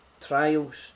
trials